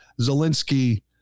Zelensky